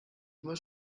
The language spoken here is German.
muss